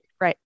Right